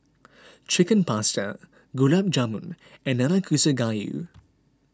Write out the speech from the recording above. Chicken Pasta Gulab Jamun and Nanakusa Gayu